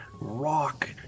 rock